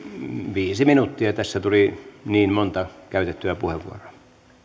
viisi minuuttia tässä tuli niin monta käytettyä puheenvuoroa